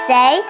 Say